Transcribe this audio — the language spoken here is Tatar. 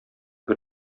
бер